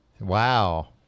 Wow